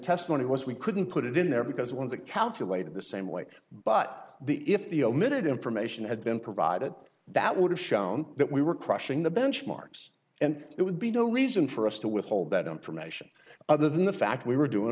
testimony was we couldn't put it in there because once it calculated the same way but the if the omitted information had been provided that would have shown that we were crushing the benchmarks and it would be no reason for us to withhold that information other than the fact we were doing